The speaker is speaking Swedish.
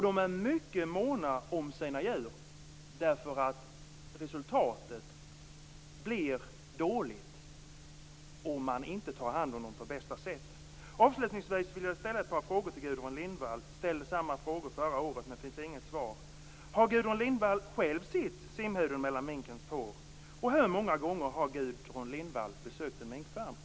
De är mycket måna om sina djur. Resultatet blir dåligt om de inte tar hand om djuren på bästa sätt. Gudrun Lindvall - jag ställde samma frågor förra året, men fick då inget svar. Har Gudrun Lindvall själv sett simhud mellan minkens tår? Hur många gånger har Gudrun Lindvall besökt en minkfarm?